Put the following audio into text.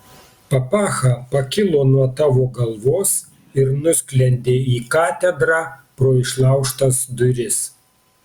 papacha pakilo nuo tavo galvos ir nusklendė į katedrą pro išlaužtas duris